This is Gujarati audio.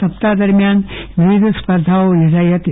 સપ્તાહ દરમિયાન વિવિધ સ્પર્ધાઓ યોજાઈ હતી